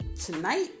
tonight